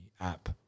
app